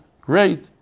Great